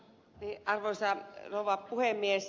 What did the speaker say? arvoisa rouva puhemies